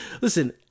Listen